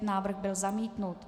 Návrh byl zamítnut.